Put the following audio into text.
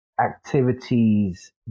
activities